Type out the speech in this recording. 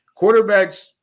Quarterbacks